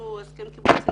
לאיזשהו הסכם קיבוצי